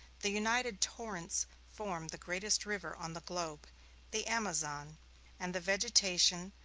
the united torrents form the greatest river on the globe the amazon and the vegetation,